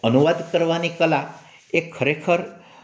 અનુવાદ કરવાની કલા એ ખરેખર